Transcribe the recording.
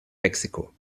mexiko